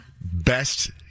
best